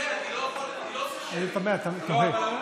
אני תמה, אתה מקווה.